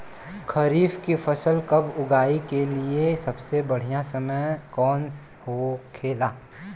खरीफ की फसल कब उगाई के लिए सबसे बढ़ियां समय कौन हो खेला?